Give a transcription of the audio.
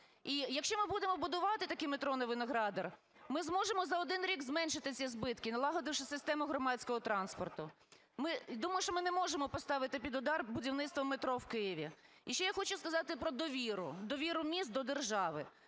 І якщо ми будемо будувати таки метро на Виноградар, ми зможемо за один рік зменшити ці збитки, налагодивши систему громадського транспорту. Думаю, що ми не можемо поставити під удар будівництво метро в Києві. І ще я хочу сказати про довіру - довіру міст до держави.